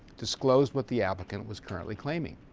disclosed what the applicant was currently claiming.